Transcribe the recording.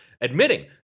admitting